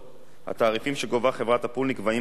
התעריפים שגובה חברת "הפול" נקבעים בידי הרשות,